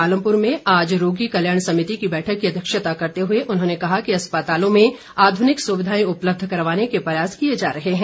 पालमपुर में आज रोगी कल्याण समिति की बैठक की अध्यक्षता करते हुए उन्होंने कहा कि अस्पतालों में आधुनिक सुविधाएं उपलब्ध करवाने के प्रयास किए जा रहे हैं